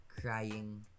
crying